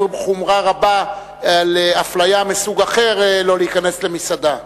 בחומרה רבה אפליה מסוג אחר שלא להיכנס למסעדה.